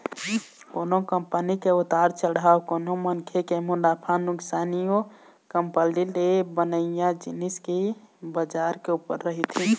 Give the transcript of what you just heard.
कोनो कंपनी के उतार चढ़ाव कोनो मनखे के मुनाफा नुकसानी ओ कंपनी ले बनइया जिनिस के बजार के ऊपर रहिथे